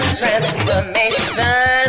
transformation